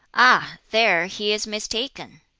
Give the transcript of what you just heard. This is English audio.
ah! there he is mistaken.